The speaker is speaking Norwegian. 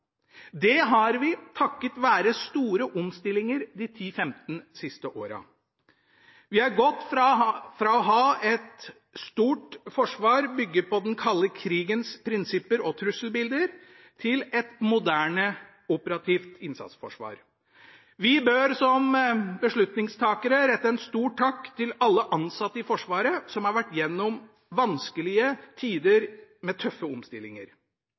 Det har vi takket være store omstillinger de 10–15 siste årene. Vi har gått fra å ha et stort forsvar bygget på den kalde krigens prinsipper og trusselbilder til å ha et moderne, operativt innsatsforsvar. Vi bør som beslutningstakere rette en stor takk til alle ansatte i Forsvaret, som har vært gjennom vanskelige tider med tøffe omstillinger.